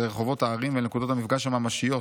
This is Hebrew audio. רחובות הערים ואל נקודות המפגש הממשיות.